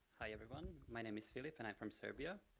hi everyone, my name is filip and i'm from serbia.